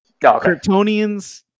Kryptonians